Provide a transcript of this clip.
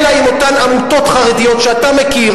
אלא עם אותן עמותות חרדיות שאתה מכיר,